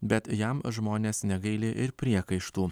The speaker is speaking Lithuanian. bet jam žmonės negaili ir priekaištų